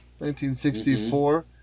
1964